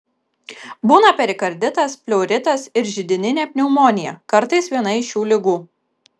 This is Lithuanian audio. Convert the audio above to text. būna perikarditas pleuritas ir židininė pneumonija kartais viena iš šių ligų